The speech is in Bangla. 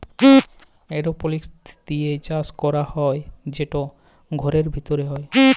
এরওপলিক্স দিঁয়ে চাষ ক্যরা হ্যয় সেট ঘরের ভিতরে হ্যয়